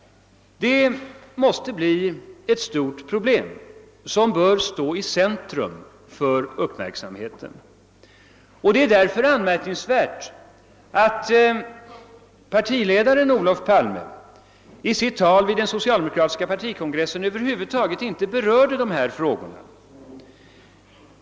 Det måste bli ett stort problem, som bör stå i centrum för uppmärksamheten. Därför är det anmärkningsvärt att partiledaren Olof Palme i sitt tal vid den socialdemokratiska partikongressen över huvud taget inte berörde dessa frågor.